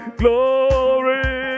glory